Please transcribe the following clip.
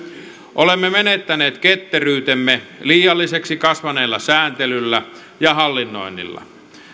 olemme menettäneet ketteryytemme liialliseksi kasvaneella sääntelyllä ja hallinnoinnilla